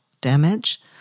damage